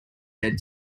head